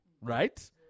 right